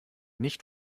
nicht